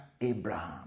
Abraham